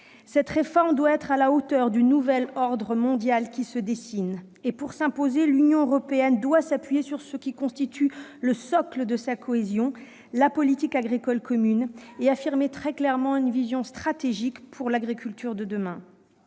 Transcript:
Cette réforme doit être à la hauteur du nouvel ordre mondial qui se dessine. Pour s'imposer, l'Union européenne doit s'appuyer sur ce qui constitue le socle de sa cohésion, la politique agricole commune, et affirmer très clairement une vision stratégique pour l'agriculture de demain.